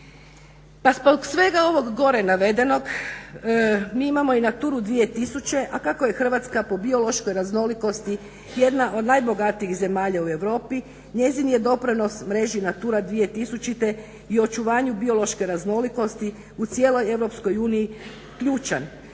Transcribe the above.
Pa zbog svega ovog gore navedenog mi imamo i NATURA-u 2000, a kako je Hrvatska po biološkoj raznolikosti jedna od najbogatijih zemalja u Europi njezin je doprinos mreži NATURA 2000 i očuvanju biološke raznolikosti u cijeloj EU ključan,